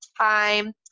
time